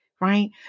right